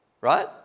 Right